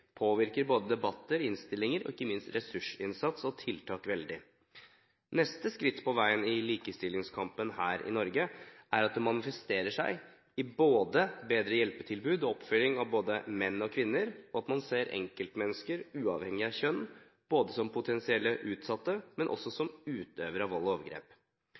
påvirker debatter, innstillinger og ikke minst ressursinnsats og tiltak veldig. Neste skritt på veien i likestillingskampen her i Norge er at den manifesterer seg i bedre hjelpetilbud og oppfølging av både menn og kvinner og at man ser enkeltmennesker uavhengig av kjønn, ikke bare som potensielt utsatte, men også som utøvere av vold og overgrep.